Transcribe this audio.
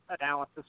analysis